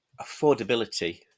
affordability